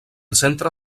centre